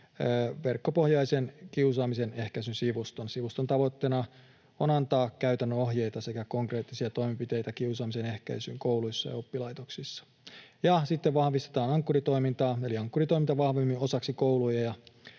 verkkopohjaisen kiusaamisen ehkäisyn sivuston. Sivuston tavoitteena on antaa käytännön ohjeita sekä konkreettisia toimenpiteitä kiusaamisen ehkäisyyn kouluissa ja oppilaitoksissa. Sitten vahvistetaan Ankkuri-toimintaa, eli Ankkuri-toiminta vahvemmin osaksi koulujen